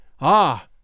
Ah